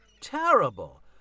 terrible